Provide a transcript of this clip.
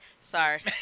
Sorry